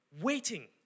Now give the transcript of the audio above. waiting